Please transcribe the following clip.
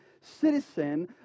citizen